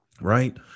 right